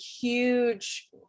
huge